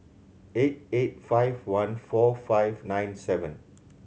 eight eight five one four five nine seven